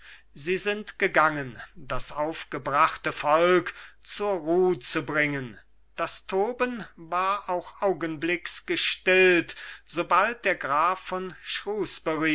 sie sind gegangen das aufgebrachte volk zur ruh zu bringen das toben war auch augenblicks gestillt sobald der graf von